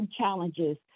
challenges